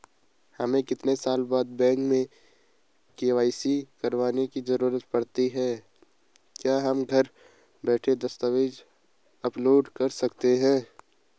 हमें कितने साल बाद बैंक में के.वाई.सी करवाने की जरूरत पड़ती है क्या हम घर बैठे दस्तावेज़ अपलोड कर सकते हैं?